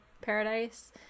paradise